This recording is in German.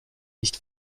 nicht